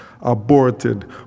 aborted